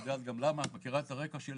את יודעת גם למה, את מכירה את הרקע שלי.